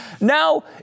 Now